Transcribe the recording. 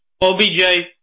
OBJ